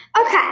Okay